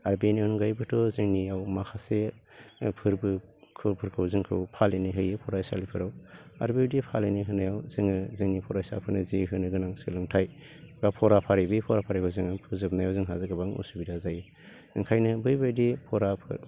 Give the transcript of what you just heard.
आरो बेनि अनगायैबोथ' जोंनियाव माखासे फोरबो फोरबोफोरखौ जोंखौ फालिनो होयो फरायसालिफोराव आरो बेबायदि फालिनो होनायाव जोङो जोंनि फरायसाफोरनो जि होनोगोनां सोलोंथाइ बा फराफारि बे फराफारिखौ जोङो फोजोबनायाव जोंहा गोबां असुबिदा जायो ओंखायनो बैबायदि फरा